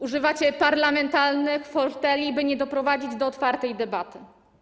Używacie parlamentarnych forteli, by nie doprowadzić do otwartej debaty.